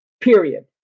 period